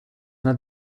not